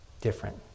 different